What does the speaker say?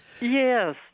Yes